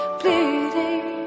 bleeding